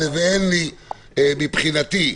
מבחינתי,